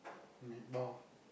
meatball